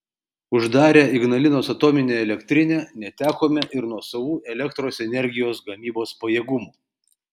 uždarę ignalinos atominę elektrinę netekome ir nuosavų elektros energijos gamybos pajėgumų